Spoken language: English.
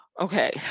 okay